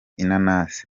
inanasi